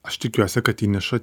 aš tikiuosi kad įneša